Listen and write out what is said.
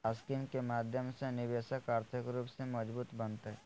scheme के माध्यम से निवेशक आर्थिक रूप से मजबूत बनतय